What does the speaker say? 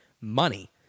money